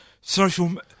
social